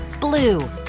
blue